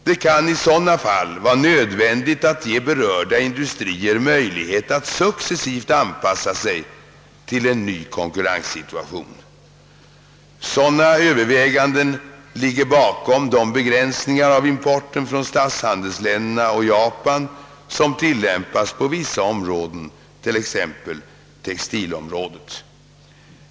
Det kan i sådana fall vara nödvändigt att ge berörda industrier möjligheter att successivt anpassa sig till en ny konkurrenssituation. Sådana Ööverväganden ligger bakom de begränsningar av importen från statshandelsländerna och Japan, områden, t.ex.